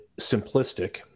simplistic